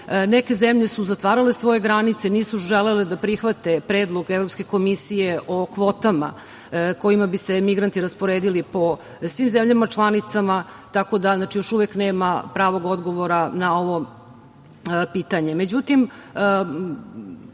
Neke zemlje su zatvarale svoje granice jer nisu želele da prihvate predlog Evropske komisije o kvotama kojima bi se migranti rasporedili po svim zemljama članicama. Tako da još uvek nema pravog odgovora na ovo pitanje.Međutim,